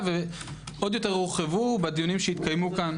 ועוד יותר הורחבו בדיונים שהתקיימו כאן,